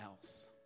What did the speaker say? else